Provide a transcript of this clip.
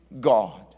God